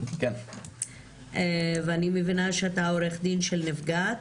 אני מבינה שאתה עורך דין של נפגעות.